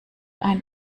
ein